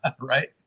Right